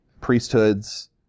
priesthoods